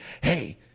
hey